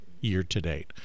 year-to-date